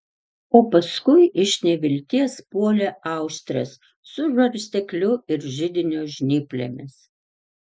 o paskui iš nevilties puolė austres su žarstekliu ir židinio žnyplėmis